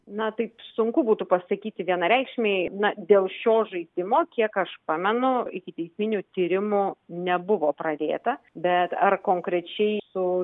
na taip sunku būtų pasakyti vienareikšmiai na dėl šio žaidimo kiek aš pamenu ikiteisminių tyrimų nebuvo pradėta bet ar konkrečiai su